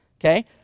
Okay